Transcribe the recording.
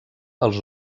als